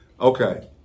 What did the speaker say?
Okay